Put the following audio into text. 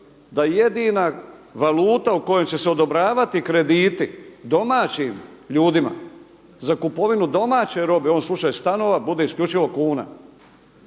da jedina valuta u kojoj će se odobravati krediti domaćim ljudima za kupovinu domaće robe u ovom slučaju stanova bude isključivo kuna.